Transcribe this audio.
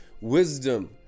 wisdom